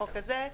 החוק הזה,